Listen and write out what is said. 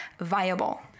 viable